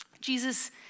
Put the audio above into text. Jesus